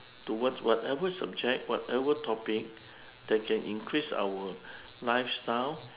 towards whatever subject whatever topic that can increase our lifestyle